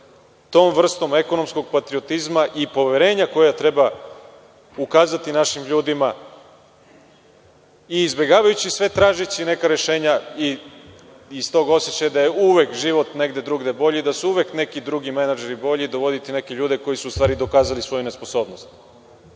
tom vrstom ekonomskog patriotizma i poverenja koje treba ukazati našim ljudima i izbegavajući sve, tražeći neka rešenja i iz tog osećaja da je uvek život negde drugde bolji i da su uvek neki drugi menadžeri bolji i dovoditi neke ljude koji su u stvari dokazali svoju nesposobnost.